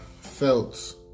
felt